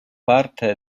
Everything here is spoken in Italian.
parte